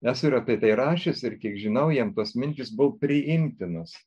esu ir apie tai rašęs ir kiek žinau jam tos mintys buvo priimtinos